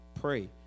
pray